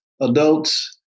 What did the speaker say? adults